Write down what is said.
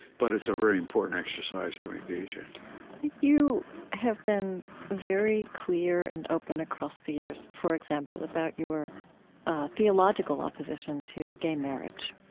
but it's a very important exercise to engage in you have been very clear and open across the years, for example, about your theological opposition to gay marriage.